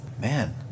man